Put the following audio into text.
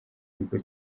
urugo